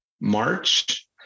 March